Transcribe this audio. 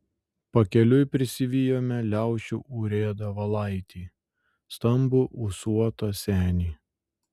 pakeliui prisivijome liaušių urėdą valaitį stambų ūsuotą senį